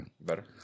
Better